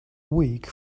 weak